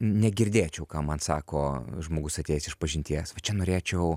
negirdėčiau ką man sako žmogus atėjęs išpažinties va čia norėčiau